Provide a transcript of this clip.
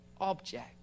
object